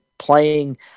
playing